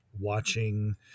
watching